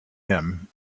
him